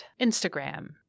Instagram